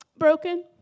broken